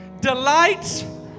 delights